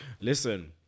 listen